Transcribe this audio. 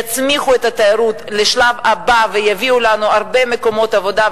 תצמיח את התיירות לשלב הבא ותביא לנו הרבה מקומות עבודה,